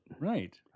Right